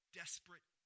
desperate